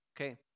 Okay